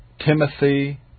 Timothy